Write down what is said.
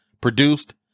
produced